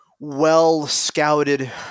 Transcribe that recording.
well-scouted